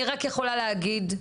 אני רק יכולה להגיד,